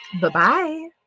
Bye-bye